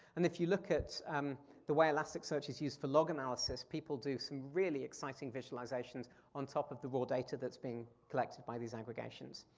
and if you look at um the way elasticsearch is used for log analysis, people do some really exciting visualizations on top of the raw data that's being collected by these aggregations.